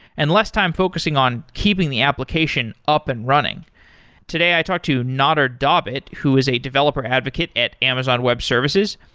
and less time focusing on keeping the application up and running today, i talk to nader ah dabit, who is a developer advocate at amazon web services,